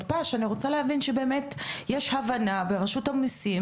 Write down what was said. אני רוצה להבין שבאמת ישנה הבנה ברשות המיסים